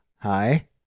hi